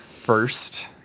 First